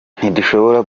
ntidushobora